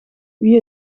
wie